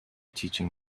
teaching